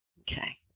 Okay